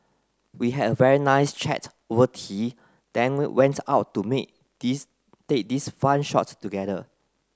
we had a very nice chat over tea then we went out to me this take this fun shot together